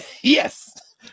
yes